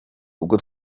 ubwo